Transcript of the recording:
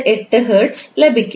958 hertz ലഭിക്കും